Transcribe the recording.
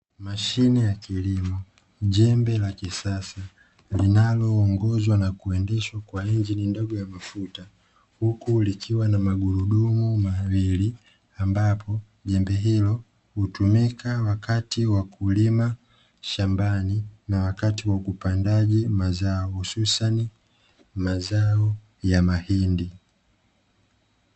Mashine ya kilimo, jembe la kisasa linaloongozwa na kuendeshwa kwa injini ndogo ya mafuta, huku likiwa na magurudumu mawili ambapo jembe hilo hutumika wakati wa kulima shambani, na wakati wa upandaji mazao hususan mazao ya mahindi.